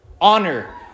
honor